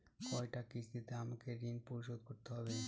কয়টা কিস্তিতে আমাকে ঋণ পরিশোধ করতে হবে?